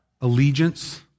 Allegiance